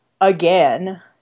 Again